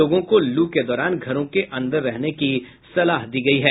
लोगों को लू के दौरान घरों के अंदर रहने की सलाह दी गई है